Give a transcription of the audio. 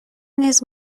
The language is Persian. نیز